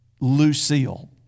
Lucille